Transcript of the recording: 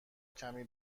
کمی